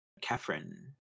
Catherine